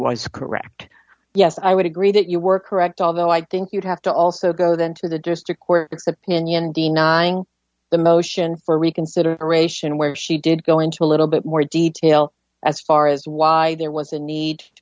was correct yes i would agree that you work or act although i think you'd have to also go then to the district court opinion denying the motion for reconsideration where she did go into a little bit more detail as far as why there was a ne